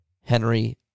Henry